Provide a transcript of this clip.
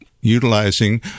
utilizing